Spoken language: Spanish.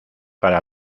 para